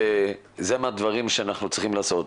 וזה מהדברים שאנחנו צריכים לעשות.